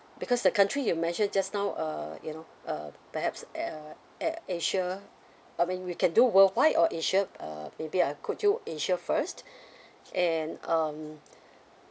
because the country you mentioned just now uh you know uh perhaps uh at asia I mean we can do worldwide or asia uh maybe I quote you asia first and um